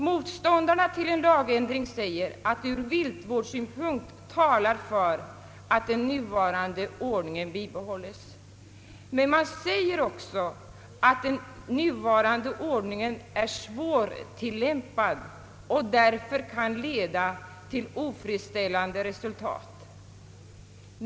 Motståndarna till en lagändring säger att viltvårdssynpunkten talar för att den nuvarande ordningen bibehålles. Men man säger också att den nuvarande ordningen är svårtillämpad och därför kan leda till otillfredsställande resultat.